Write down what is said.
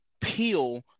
peel